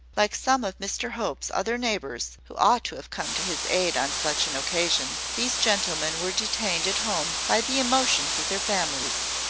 like some of mr hope's other neighbours, who ought to have come to his aid on such an occasion, these gentlemen were detained at home by the emotions of their families.